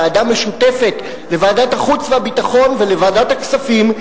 ועדה משותפת לוועדת החוץ והביטחון ולוועדת הכספים,